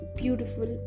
beautiful